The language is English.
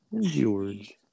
George